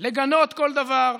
לגנות כל דבר,